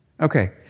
Okay